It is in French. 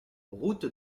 route